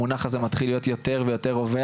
המונח הזה מתחיל להיות יותר ויותר רווח,